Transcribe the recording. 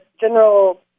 general